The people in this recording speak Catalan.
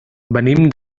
venim